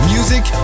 Music